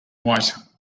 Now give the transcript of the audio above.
white